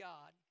God